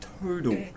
total